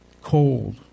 cold